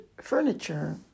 furniture